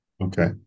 okay